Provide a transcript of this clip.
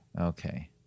Okay